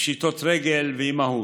פשיטות רגל ואימהות.